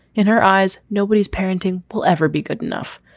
in her eyes, nobody's parenting will ever be good enough.